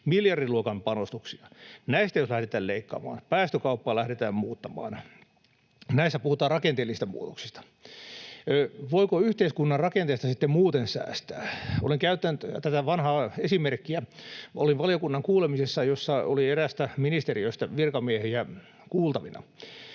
miljardiluokan panostuksia. Näistä jos lähdetään leikkaamaan, päästökauppaa lähdetään muuttamaan, näissä puhutaan rakenteellisista muutoksista. Voiko yhteiskunnan rakenteista sitten muuten säästää? Olen käyttänyt tätä vanhaa esimerkkiä: Olin valiokunnan kuulemisessa, jossa oli eräästä ministeriöstä virkamiehiä kuultavina,